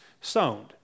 sown